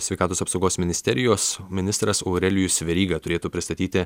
sveikatos apsaugos ministerijos ministras aurelijus veryga turėtų pristatyti